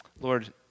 Lord